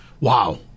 Wow